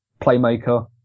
playmaker